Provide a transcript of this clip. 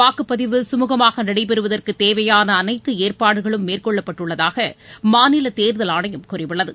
வாக்குப்பதிவு சுமூகமாகநடைபெறுவதற்குதேவையானஅனைத்துஏற்பாடுகளும் மேற்கொள்ளப்பட்டுள்ளதாகமாநிலதேர்தல் ஆணையம் கூறியுள்ளது